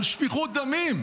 על שפיכות דמים.